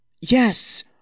Yes